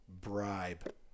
bribe